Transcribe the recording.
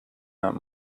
that